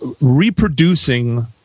reproducing